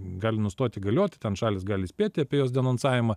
gali nustoti galioti ten šalys gali spėti apie jos denonsavimą